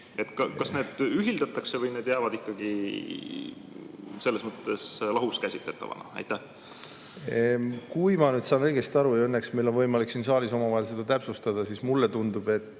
Kas need ühildatakse või need jäävad ikkagi selles mõttes lahus käsitletavaks? Kui ma nüüd saan õigesti aru – õnneks meil on võimalik siin saalis omavahel seda täpsustada –, siis mulle tundub, et